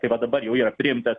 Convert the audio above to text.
tai va dabar jau yra priimtas